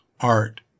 art